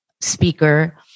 speaker